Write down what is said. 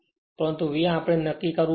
પરંતુ V આપણે નક્કી કરવું પડશે